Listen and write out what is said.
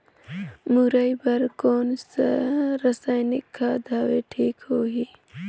मुरई बार कोन सा रसायनिक खाद हवे ठीक होही?